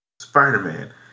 Spider-Man